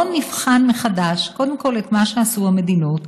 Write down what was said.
בואו נבחן מחדש קודם כול את מה שעשו המדינות.